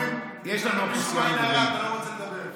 אצלנו אומרים: משום עין הרע אתה לא רוצה לדבר.